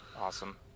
Awesome